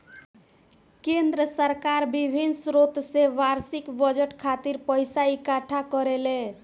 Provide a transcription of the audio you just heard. केंद्र सरकार बिभिन्न स्रोत से बार्षिक बजट खातिर पइसा इकट्ठा करेले